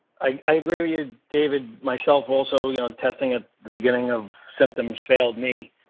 i agree with you, david, myself, also the ah um testing at the beginning of symptoms failed me,